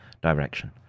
direction